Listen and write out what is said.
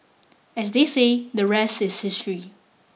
as they say the rest is history